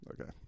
Okay